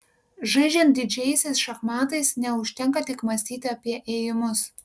žaidžiant didžiaisiais šachmatais neužtenka tik mąstyti apie ėjimus